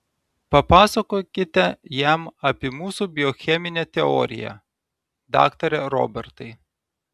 papasakokite jam apie mūsų biocheminę teoriją daktare robertai